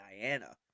Diana